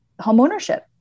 homeownership